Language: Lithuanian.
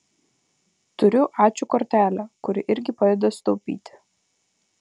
turiu ačiū kortelę kuri irgi padeda sutaupyti